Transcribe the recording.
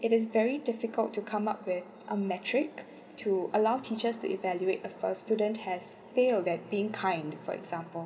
it is very difficult to come up with a metric to allow teachers to evaluate of a student has failed that been kind for exam~